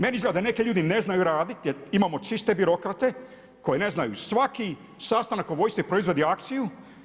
Meni izgleda da neki ljudi ne znaju raditi, jer imamo čiste birokrate koji ne znaju, svaki sastanak o vojsci proizvodi akciju.